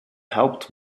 helped